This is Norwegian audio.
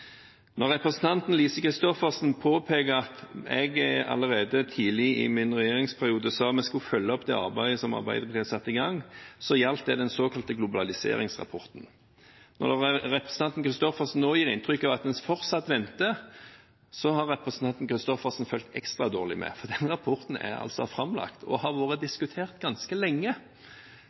Når representanten Lise Christoffersen påpeker at jeg allerede tidlig i min regjeringsperiode sa vi skulle følge opp det arbeidet Arbeiderpartiet hadde satt i gang, gjaldt det den såkalte globaliseringsrapporten. Når representanten Christoffersen nå gir inntrykk av at en fortsatt venter, har representanten fulgt ekstra dårlig med, for den rapporten er altså framlagt og har vært diskutert ganske lenge.